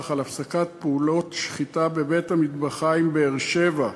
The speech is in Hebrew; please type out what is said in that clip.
על הפסקת פעולות שחיטה בבית-המטבחיים באר-שבע,